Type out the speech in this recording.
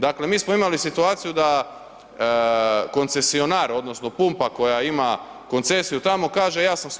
Dakle, mi smo imali situaciju da koncesionar odnosno pumpa koja ima koncesiju tamo kaže ja sam